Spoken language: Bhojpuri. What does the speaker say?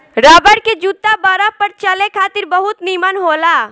रबर के जूता बरफ पर चले खातिर बहुत निमन होला